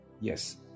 yes